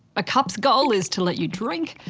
a cup's goal is to let you drink,